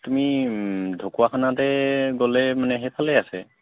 তুমি ঢকুৱাখানাতে গ'লে মানে সেইফালেই আছে